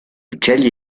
uccelli